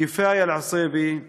קיפאיא אלעסיבי,